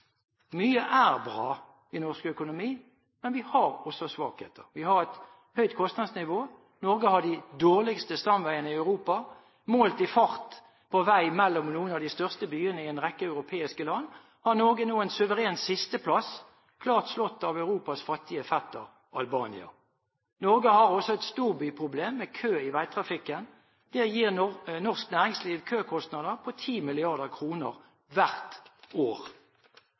Mye er bra i norsk økonomi, men vi har også svakheter. Vi har et høyt kostnadsnivå. Norge har de dårligste stamveiene i Europa. Målt i fart på vei mellom noen av de største byene i en rekke europeiske land har Norge nå en suveren sisteplass, klart slått av Europas fattige fetter, Albania. Norge har også et storbyproblem med kø i veitrafikken. Det gir norsk næringsliv køkostnader på 10 mrd. kr hvert år.